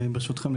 ברשותכם,